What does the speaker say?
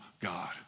God